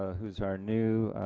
who is our new